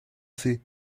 así